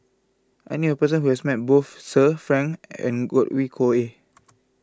I knew a person who has met both Sir Frank and Godwin Koay